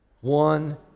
One